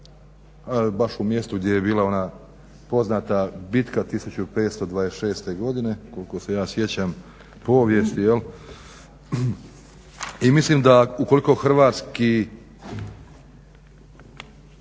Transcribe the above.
baš u mjestu gdje je bila ona poznata bitka 1526. godine koliko se ja sjećam povijesti. I mislim da ukoliko hrvatski